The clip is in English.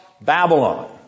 Babylon